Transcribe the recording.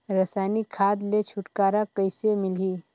रसायनिक खाद ले छुटकारा कइसे मिलही?